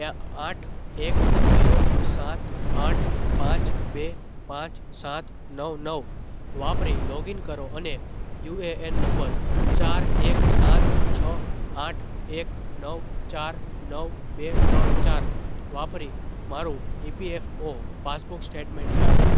એ આઠ એક જીરો સાત આઠ પાંચ બે પાંચ સાત નવ નવ વાપરી લોગઇન કરો અને યુએએન નંબર ચાર એક સાત છ આઠ એક નવ ચાર નવ બે ત્રણ ચાર વાપરી મારું ઇપીએફઓ પાસબુક સ્ટેટમેન્ટ કાઢો